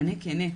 מענה כנה,